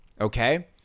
okay